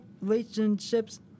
relationships